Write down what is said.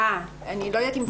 אני לא יודעת אם צריך להגיד את זה.